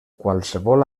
qualsevol